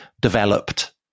developed